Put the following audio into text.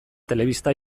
telebista